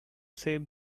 save